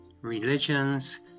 religions